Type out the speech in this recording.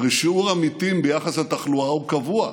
הרי שיעור המתים ביחס לתחלואה הוא קבוע.